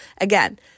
again